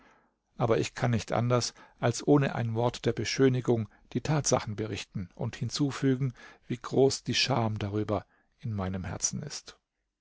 aber ich kann nicht anders als ohne ein wort der beschönigung die tatsachen berichten und hinzufügen wie groß die scham darüber in meinem herzen ist